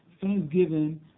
Thanksgiving